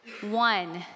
one